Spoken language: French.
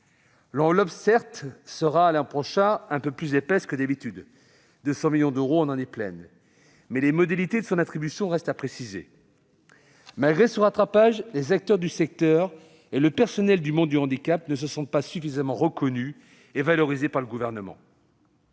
l'enveloppe sera certes un peu plus épaisse que d'habitude, avec 200 millions d'euros en année pleine, mais les modalités de son attribution restent à préciser. Malgré ce rattrapage, les acteurs du secteur et le personnel du monde du handicap ne se sentent pas suffisamment reconnus et valorisés par le Gouvernement.